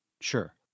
Sure